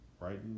right